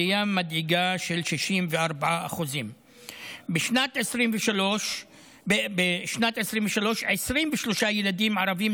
עלייה מדאיגה של 64%. בשנת 2023 נהרגו 23 ילדים ערבים,